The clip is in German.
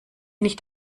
nicht